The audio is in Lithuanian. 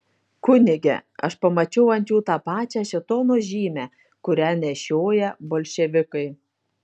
kunige aš pamačiau ant jų tą pačią šėtono žymę kurią nešioja bolševikai